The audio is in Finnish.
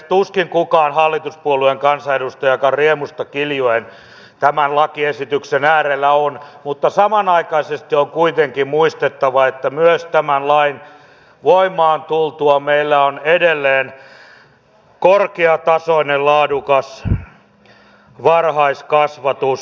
tuskin kukaan hallituspuolueenkaan kansanedustaja riemusta kiljuen tämän lakiesityksen äärellä on mutta samanaikaisesti on kuitenkin muistettava että myös tämän lain voimaan tultua meillä on edelleen korkeatasoinen laadukas varhaiskasvatus